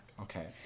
Okay